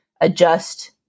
adjust